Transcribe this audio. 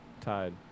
tied